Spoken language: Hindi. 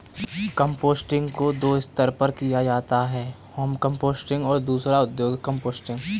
कंपोस्टिंग को दो स्तर पर किया जाता है होम कंपोस्टिंग और दूसरा औद्योगिक कंपोस्टिंग